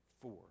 four